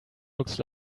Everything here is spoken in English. looks